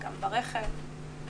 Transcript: גם ברכב,